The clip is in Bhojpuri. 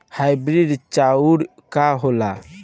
हाइब्रिड चाउर का होला?